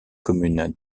communes